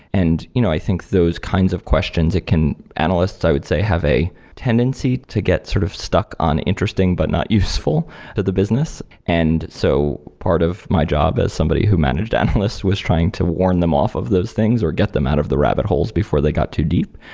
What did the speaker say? and you know i think, those kinds of questions it can analysts i would say, have a tendency to get sort of stuck on interesting, but not useful to the business. and so part of my job as somebody who managed analysts was trying to warn them off of those things, or get them out of the rabbit holes before they got too deep.